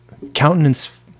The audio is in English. Countenance